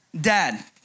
Dad